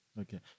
Okay